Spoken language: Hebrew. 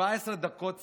17 דקות שיחה,